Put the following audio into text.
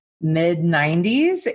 mid-90s